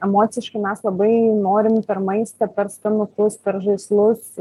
emociškai mes labai norim per maistą per skanukus per žaislus